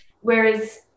whereas